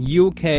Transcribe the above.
UK